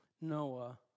Noah